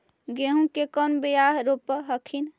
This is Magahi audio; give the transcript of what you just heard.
गेहूं के कौन बियाह रोप हखिन?